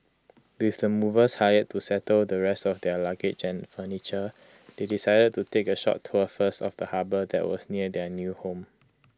with the movers hired to settle the rest of their luggage and furniture they decided to take A short tour first of the harbour that was near their new home